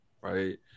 right